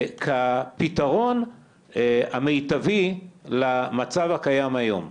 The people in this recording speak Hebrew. כפתרון המיטבי למצב הקיים היום.